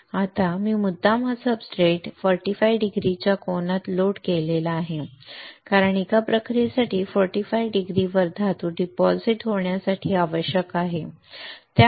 आता मी मुद्दाम हा सब्सट्रेट 45 डिग्रीच्या कोनात लोड केला आहे कारण एका प्रक्रियेसाठी 45 डिग्रीवर धातू डिपॉझिट होण्यासाठी आवश्यक आहे